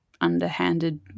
underhanded